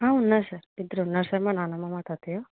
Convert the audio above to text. ఆ ఉన్నార్ సర్ ఇద్దరున్నారు సర్ మా నానమ్మ మా తాతయ్య